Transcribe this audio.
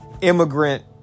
immigrant